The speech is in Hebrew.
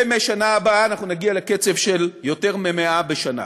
ומהשנה הבאה אנחנו נגיע לקצב של יותר מ-100 בשנה.